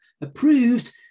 approved